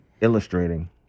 illustrating